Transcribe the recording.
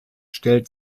stellt